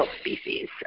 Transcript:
species